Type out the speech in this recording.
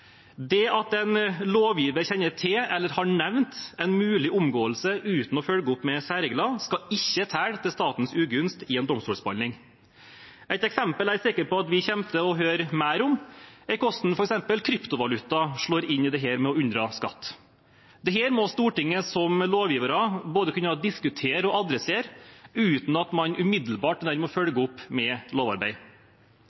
Det at en lovgiver kjenner til eller har nevnt en mulig omgåelse uten å følge opp med særregler, skal ikke telle til statens ugunst i en domstolsbehandling. Et eksempel jeg er sikker på at vi kommer til å høre mer om, er hvordan f.eks. kryptovaluta slår inn i dette med å unndra skatt. Dette må Stortinget som lovgiver kunne både diskutere og adressere uten at man umiddelbart